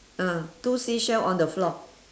mm two seashell on the floor